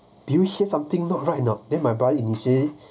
did you hear something not right not then my brother initially